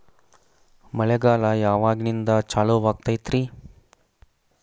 ಮಳೆಗಾಲ ಯಾವಾಗಿನಿಂದ ಚಾಲುವಾಗತೈತರಿ?